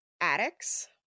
addicts